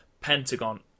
Pentagon